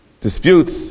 disputes